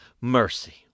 mercy